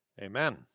amen